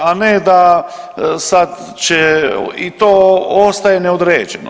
A ne da sad će i to ostaje neodređeno.